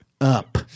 up